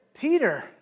Peter